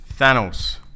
Thanos